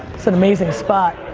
an amazing spot.